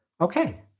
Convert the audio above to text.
Okay